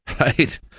Right